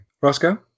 Roscoe